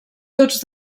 tots